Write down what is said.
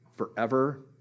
forever